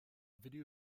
video